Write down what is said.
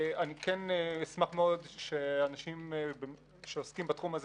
אני כן אשמח מאוד שאנשים שעוסקים בתחום הזה